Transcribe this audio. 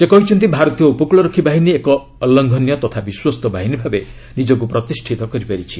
ସେ କହିଛନ୍ତି ଭାରତୀୟ ଉପକୃଳ ରକ୍ଷୀ ବାହିନୀ ଏକ ଅଲଙ୍ଘନୀୟ ତଥା ବିଶ୍ୱସ୍ତ ବାହିନୀ ଭାବେ ନିଜକୁ ପ୍ରତିଷ୍ଠିତ କରିପାରିଛି